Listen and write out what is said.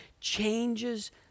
changes